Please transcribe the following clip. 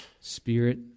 Spirit